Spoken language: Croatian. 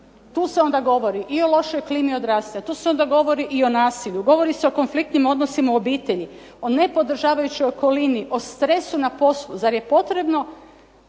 Tu se onda govori i o lošoj klimi …/Ne razumije se./…, tu se onda govori i o nasilju, govori se o konfliktnim odnosima u obitelji, o nepodržavajućoj okolini, o stresu na poslu. Zar je potrebno